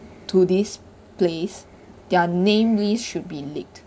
to this place their name list should be leaked